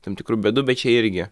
tam tikrų bėdų bet čia irgi